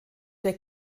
der